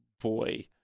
boy